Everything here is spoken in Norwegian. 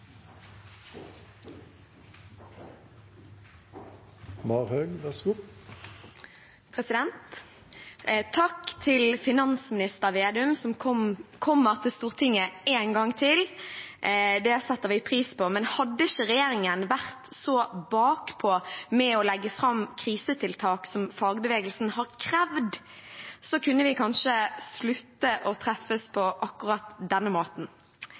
Takk til finansminister Vedum, som kommer til Stortinget en gang til. Det setter vi pris på. Men hadde ikke regjeringen vært så bakpå med å legge fram krisetiltak som fagbevegelsen har krevd, kunne vi kanskje slutte å treffes på akkurat denne måten.